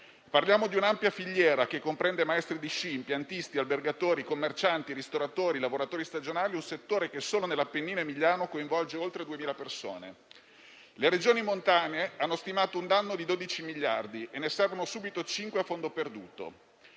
Parliamo di un'ampia filiera, che comprende maestri di sci, impiantisti, albergatori, commercianti, ristoratori, lavoratori stagionali, un settore che, solo nell'Appennino emiliano, coinvolge oltre 2.000 persone. Le Regioni montane hanno stimato un danno di 12 miliardi e ne servono subito 5 a fondo perduto.